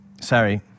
Sorry